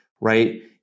right